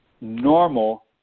normal